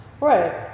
Right